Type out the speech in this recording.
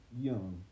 young